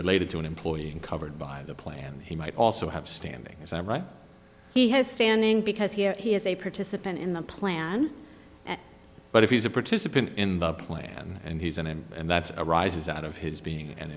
related to an employee covered by the plan he might also have standing right he has standing because here he is a participant in the plan but if he's a participant in the plan and he's and that's arises out of his being an